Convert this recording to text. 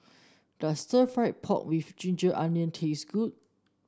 does stir fry pork with Ginger Onions taste good